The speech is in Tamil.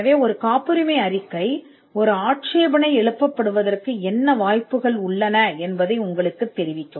எனவே ஒரு காப்புரிமை அறிக்கை ஒரு ஆட்சேபனைக்கு என்ன வாய்ப்புகள் உள்ளன என்பதை உங்களுக்குத் தெரிவிக்கும்